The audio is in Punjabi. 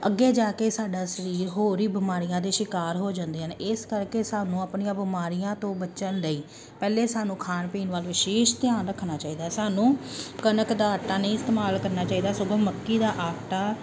ਅੱਗੇ ਜਾ ਕੇ ਸਾਡਾ ਸਰੀਰ ਹੋਰ ਹੀ ਬਿਮਾਰੀਆਂ ਦੇ ਸ਼ਿਕਾਰ ਹੋ ਜਾਂਦੇ ਹਨ ਇਸ ਕਰਕੇ ਸਾਨੂੰ ਆਪਣੀਆਂ ਬਿਮਾਰੀਆਂ ਤੋਂ ਬਚਣ ਲਈ ਪਹਿਲੇ ਸਾਨੂੰ ਖਾਣ ਪੀਣ ਵੱਲ ਵਿਸ਼ੇਸ਼ ਧਿਆਨ ਰੱਖਣਾ ਚਾਹੀਦਾ ਸਾਨੂੰ ਕਣਕ ਦਾ ਆਟਾ ਨਹੀਂ ਇਸਤੇਮਾਲ ਕਰਨਾ ਚਾਹੀਦਾ ਸਗੋਂ ਮੱਕੀ ਦਾ ਆਟਾ